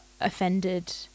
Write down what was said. offended